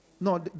No